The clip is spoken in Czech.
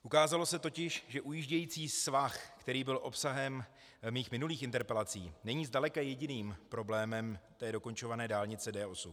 Ukázalo se totiž, že ujíždějící svah, který byl obsahem mých minulých interpelací, není zdaleka jediným problémem dokončované dálnice D8.